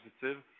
positive